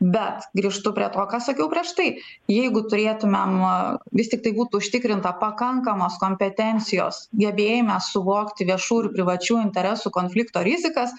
bet grįžtu prie to ką sakiau prieš tai jeigu turėtumėm vis tiktai būtų užtikrinta pakankamos kompetencijos gebėjimas suvokti viešų ir privačių interesų konflikto rizikas